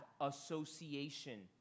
association